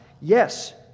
Yes